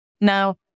Now